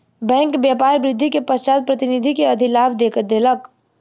bank व्यापार वृद्धि के पश्चात प्रतिनिधि के अधिलाभ देलक